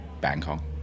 Bangkok